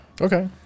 Okay